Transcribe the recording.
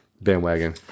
bandwagon